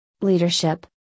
Leadership